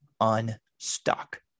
unstuck